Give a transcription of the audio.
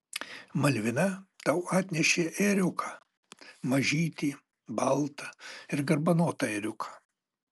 malvina tau atnešė ėriuką mažytį baltą ir garbanotą ėriuką